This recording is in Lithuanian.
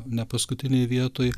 ne paskutinėj vietoj